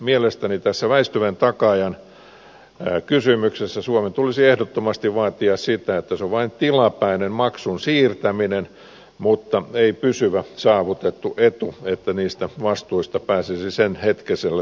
mielestäni tässä väistyvän takaajan kysymyksessä suomen tulisi ehdottomasti vaatia sitä että se on vain tilapäinen maksun siirtäminen mutta ei pysyvä saavutettu etu että niistä vastuista pääsisi senhetkisellä tilanteella eroon